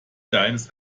deines